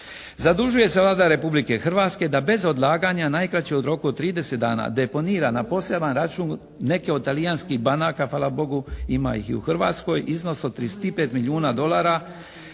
"Zadužuje se Vlada Republike Hrvatske da bez odlaganja najkraće u roku od 30 dana deponira na poseban račun neke od talijanskih banaka", hvala Bogu ima ih i u Hrvatskoj, "iznos od 35 milijuna dolara",